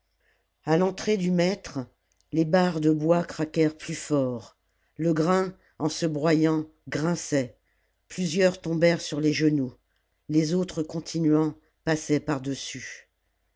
a l'entrée du maître les barres de bois craquèrent plus fort le grain en se broyant grinçait plusieurs tombèrent sur les genoux les autres continuant passaient par-dessus